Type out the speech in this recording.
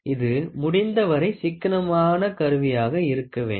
இது முடிந்தவரை சிக்கனமான கருவியாக இருக்க வேண்டும்